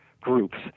groups